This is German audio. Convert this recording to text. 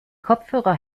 kopfhörer